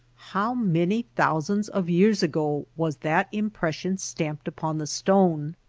how many thousands of years ago was that impression stamped upon the stone?